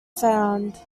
found